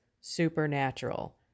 supernatural